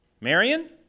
Marion